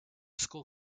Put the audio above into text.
school